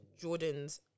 Jordans